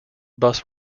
bus